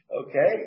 Okay